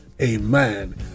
Amen